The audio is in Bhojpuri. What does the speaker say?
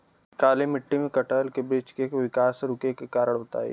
काली मिट्टी में कटहल के बृच्छ के विकास रुके के कारण बताई?